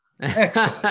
Excellent